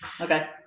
Okay